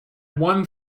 one